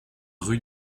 rue